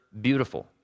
Beautiful